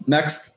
Next